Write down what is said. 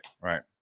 right